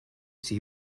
see